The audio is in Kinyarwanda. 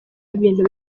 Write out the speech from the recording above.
ibintu